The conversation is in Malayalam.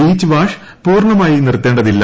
ബീച്ച് വാഷ് പൂർണമായി നിർത്തേണ്ടതില്ല